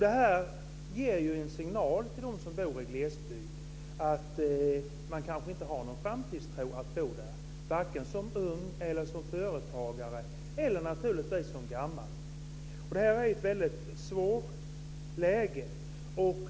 Det här ger ju en signal till dem som bor i glesbygden om att det kanske inte finns en framtidstro när det gäller att bo där, vare sig som ung eller som företagare eller naturligtvis som gammal. Det här är ett väldigt svårt läge.